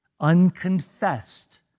unconfessed